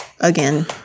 Again